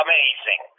Amazing